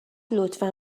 لطفا